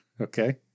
Okay